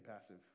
passive